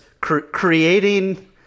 creating